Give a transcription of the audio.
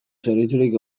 zerbitzurik